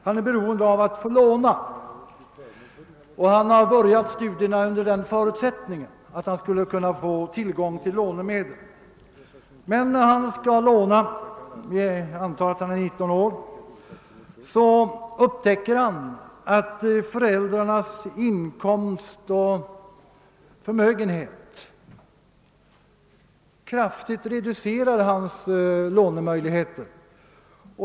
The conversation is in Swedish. Han är beroende av att få låna och har börjat studierna under den förutsättningen att han skall kunna få tillgång till lånemedel. Men när han skall låna — vi antar att han är 19 år — upptäcker han att föräldrarnas inkomst och förmögenhet kraftigt reducerar hans lånemöjligheter.